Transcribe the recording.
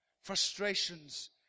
frustrations